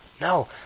No